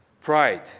pride